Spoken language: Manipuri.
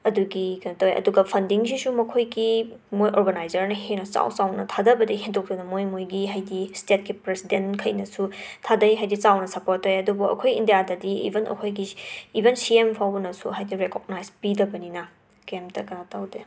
ꯑꯗꯨꯒꯤ ꯀꯩꯟ ꯇꯧꯋꯦ ꯑꯗꯨꯒ ꯐꯟꯗꯤꯡ ꯑꯁꯤꯁꯨ ꯃꯈꯣꯏꯒꯤ ꯃꯣꯏ ꯑꯣꯔꯒꯅꯥꯏꯖꯔꯅ ꯍꯦꯟꯅ ꯆꯥꯎꯅ ꯆꯥꯎꯅ ꯊꯥꯗꯕꯗꯒꯤ ꯍꯦꯟꯗꯣꯛꯇꯅ ꯃꯣꯏ ꯃꯣꯏꯒꯤ ꯍꯥꯥꯏꯗꯤ ꯁ꯭ꯇꯦꯠꯀꯤ ꯄ꯭ꯔꯁꯤꯗꯦꯟꯈꯩꯅꯁꯨ ꯊꯥꯗꯩ ꯍꯥꯏꯗꯤ ꯆꯥꯎꯅ ꯁꯄꯣꯔꯠ ꯇꯧꯋꯦ ꯑꯗꯣ ꯑꯩꯈꯣꯏ ꯏꯟꯗ꯭ꯌꯥꯗꯗꯤ ꯏꯕꯟ ꯑꯩꯈꯣꯏꯒꯤ ꯏꯕꯟ ꯁꯤ ꯑꯦꯝ ꯐꯥꯎꯕꯅꯁꯨ ꯍꯥꯏꯗꯤ ꯔꯦꯀꯣꯛꯅꯥꯏꯁ ꯄꯤꯗꯕꯅꯤꯅ ꯀꯩꯝꯇ ꯀꯩꯅꯣ ꯇꯧꯗꯦ